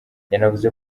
yanavuze